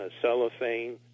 cellophane